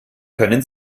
können